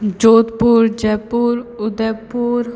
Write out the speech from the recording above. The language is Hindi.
जोधपुर जयपुर उदयपुर